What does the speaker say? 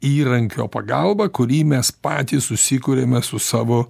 įrankio pagalba kurį mes patys susikuriame su savo